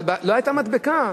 אבל לא היתה מדבקה